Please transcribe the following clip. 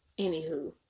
anywho